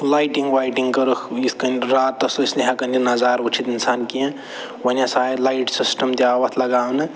lighting وایٹِنٛگ کٔرٕکھ یِتھ کٔنۍ راتَس ٲسۍ نہ ہٮ۪کان یہِ نظارٕ وٕچھِتھ اِنسان کیٚنہہ وۄنۍ ہسا آیہِ لایِٹ سِسٹَم تہِ آو اَتھ لگاونہٕ